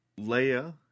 Leia